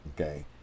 okay